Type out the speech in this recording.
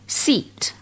seat